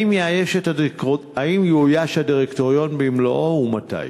3. האם יאויש הדירקטוריון במלואו ומתי?